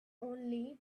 only